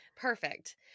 perfect